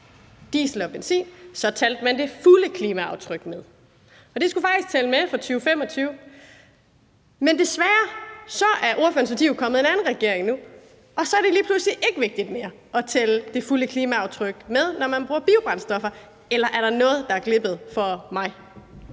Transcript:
diesel og benzin, i tanken, så talte man det fulde klimaaftryk med, og det skulle faktisk tælles med fra 2025. Men desværre er ordførerens parti jo kommet med i en anden regering, og så er det lige pludselig ikke længere vigtigt at tælle det fulde klimaaftryk med, når man bruger biobrændstoffer. Eller er der noget, der er glippet for mig?